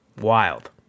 Wild